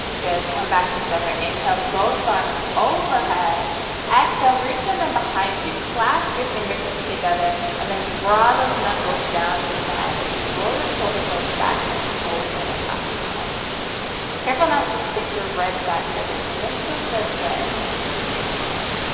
good, come back to center inhale both arms overhead exhale reach them behind you clasp your fingertips together and then draw, those those knuckles down to the mat as you roll your shoulder blades back and open, across your heart careful not to stick your ribs out here but knit those ribs in good,